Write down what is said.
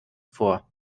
vor